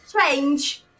change